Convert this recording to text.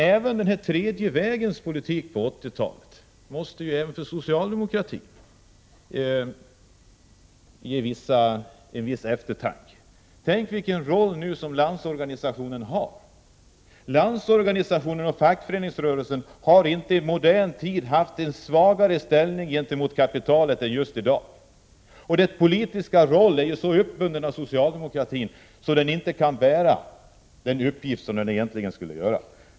Tres re S4 Den tredje vägens politik på 1980-talet måste även för socialdemokratin stämma till viss eftertanke. Tänk efter vilken roll LO spelar. LO och fackföreningsrörelsen i övrigt har i modern tid inte haft en svagare ställning gentemot kapitalet än man har i dag. Dess politiska roll är så uppbunden av socialdemokratin att den inte klarar av sina egentliga uppgifter.